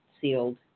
sealed